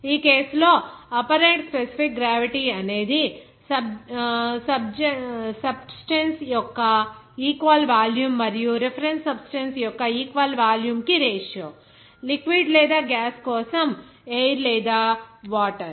ఈ కేసు లో apparent specific gravity అనేది సబ్స్టెన్స్ యొక్క ఈక్వల్ వాల్యూమ్ మరియు రిఫరెన్స్ సబ్స్టెన్స్ యొక్క ఈక్వల్ వాల్యూమ్ కి రేషియో లిక్విడ్ లేదా గ్యాస్ కోసం ఎయిర్ లేదా వాటర్